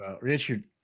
Richard